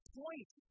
point